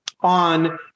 on